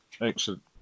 Excellent